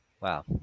wow